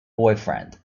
boyfriend